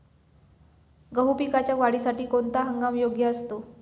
गहू पिकाच्या वाढीसाठी कोणता हंगाम योग्य असतो?